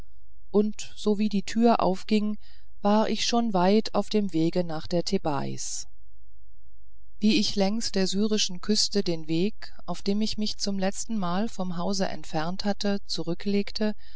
und so wie die tür aufging war ich schon weit auf dem wege nach der thebais wie ich längs der syrischen küste den weg auf dem ich mich zum letzten mal vom hause entfernt hatte zurücklegte